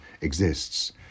exists